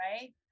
right